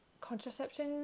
contraception